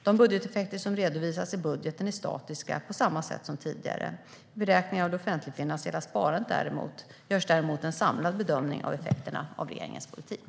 De budgeteffekter som redovisas i budgeten är statiska, på samma sätt som tidigare. I beräkningarna av det offentligfinansiella sparandet görs däremot en samlad bedömning av effekterna av regeringens politik.